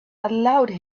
allowed